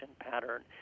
pattern